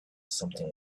something